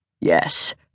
Yes